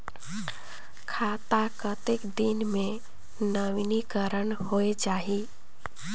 खाता कतेक दिन मे नवीनीकरण होए जाहि??